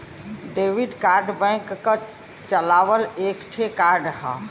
debit card bank क चलावल एक ठे कार्ड हौ